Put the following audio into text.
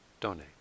donate